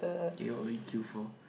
do you away queue for